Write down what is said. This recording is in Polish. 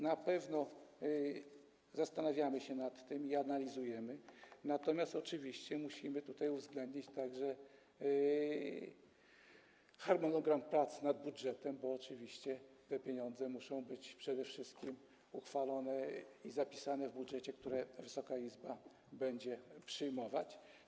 Na pewno zastanawiamy się nad tym i analizujemy to, natomiast oczywiście musimy tutaj uwzględnić także harmonogram prac nad budżetem, bo oczywiście te pieniądze muszą być przede wszystkim zapisane w budżecie, który Wysoka Izba będzie przyjmować.